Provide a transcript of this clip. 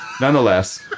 Nonetheless